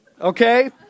okay